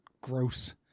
gross